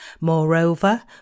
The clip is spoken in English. Moreover